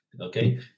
okay